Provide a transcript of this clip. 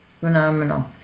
Phenomenal